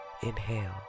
Inhale